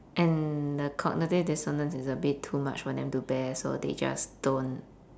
and the cognitive dissonance is a bit too much for them to bear so they just don't